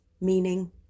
meaning